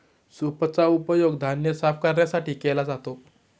सूपचा उपयोग धान्य साफ करण्यासाठी केला जातो